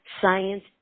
Science